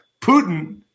Putin